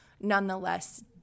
nonetheless